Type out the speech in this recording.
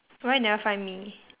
why you never find me